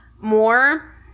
more